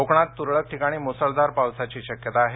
कोकणात तुरळक ठिकाणी मुसळधार पावसाची शक्यताआहे